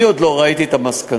אני עוד לא ראיתי את המסקנות,